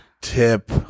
tip